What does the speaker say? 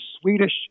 Swedish